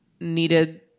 needed